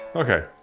okay,